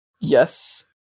Yes